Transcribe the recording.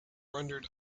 rendered